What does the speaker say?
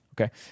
okay